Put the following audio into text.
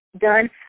done